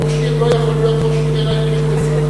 ראש עיר לא יכול להיות ראש עיר אלא אם כן הוא גר בעיר.